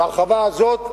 וההרחבה הזאת,